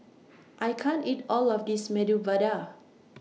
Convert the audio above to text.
I can't eat All of This Medu Vada